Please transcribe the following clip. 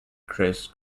chris